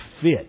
fit